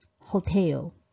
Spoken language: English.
hotel